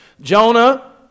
Jonah